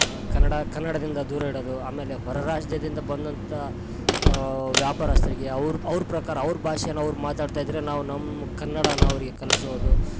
ಕನ್ನಡ ಕನ್ನಡದಿಂದ ದೂರ ಇಡೋದು ಆಮೇಲೆ ಹೊರ ರಾಜ್ಯದಿಂದ ಬಂದಂಥ ವ್ಯಾಪಾರಸ್ತರಿಗೆ ಅವ್ರ ಅವ್ರ ಪ್ರಕಾರ ಅವ್ರ ಭಾಷೆನ ಅವ್ರು ಮಾತಾಡ್ತಾ ಇದ್ದರೆ ನಾವು ನಮ್ಮ ಕನ್ನಡನ ಅವರಿಗೆ ಕಲಿಸೋದು